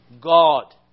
God